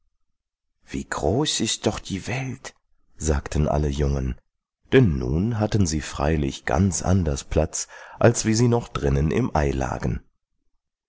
wie groß ist doch die welt sagten alle jungen denn nun hatten sie freilich ganz anders platz als wie sie noch drinnen im